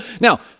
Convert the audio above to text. Now